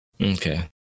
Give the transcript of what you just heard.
Okay